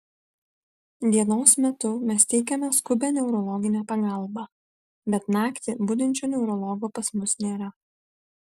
dienos metu mes teikiame skubią neurologinę pagalbą bet naktį budinčio neurologo pas mus nėra